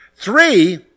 Three